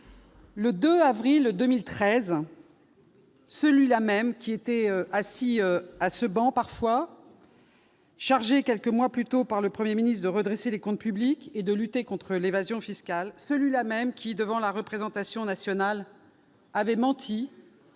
le 2 avril 2013, celui-là même qui était parfois assis, dans cet hémicycle, au banc du Gouvernement, chargé quelques mois plus tôt par le Premier ministre de redresser les comptes publics et de lutter contre l'évasion fiscale, celui-là même qui, devant la représentation nationale, avait menti